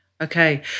Okay